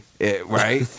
right